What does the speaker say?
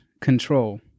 Control